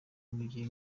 mujye